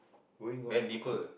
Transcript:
going all never call